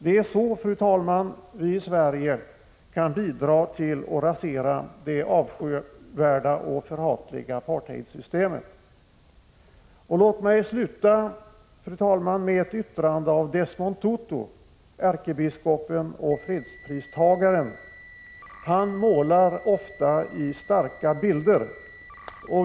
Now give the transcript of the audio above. Det är så vi re i Sverige kan bidra till att rasera det avskyvärda och förhatliga apartheidsysvej Sr tt Sydafrika och temet. Namibia Låt mig, fru talman, sluta med ett yttrande av Desmond Tutu, ärkebiskopen och fredspristagaren. Han målar ofta med starka färger.